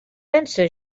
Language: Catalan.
pense